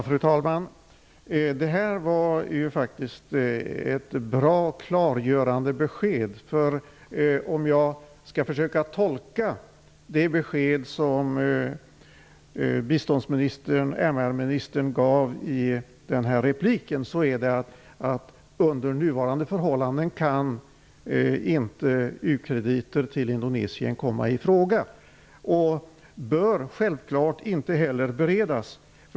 Fru talman! Det här var faktiskt ett bra och klargörande besked. Om jag skall försöka tolka det besked som biståndsministern, MR-ministern, gav i det senaste inlägget, betyder det att u-krediter till Indonesien inte kan komma i fråga under nuvarande förhållanden och självfallet inte heller bör beredas.